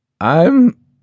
I'm